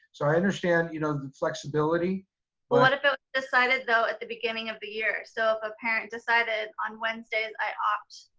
so i understand, you know, the flexibility, but well what about decided though at the beginning of the year? so if a parent decided on wednesdays, i opt,